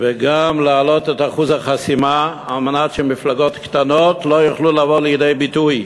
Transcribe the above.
וגם להעלות את אחוז החסימה כדי שמפלגות קטנות לא יוכלו לבוא לידי ביטוי.